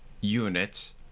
units